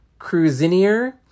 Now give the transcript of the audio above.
Cruzinier